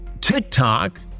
TikTok